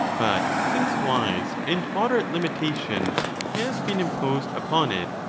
but since wise and moderate limitation has been imposed upon it,